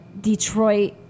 Detroit